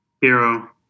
Hero